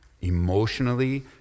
emotionally